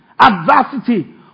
adversity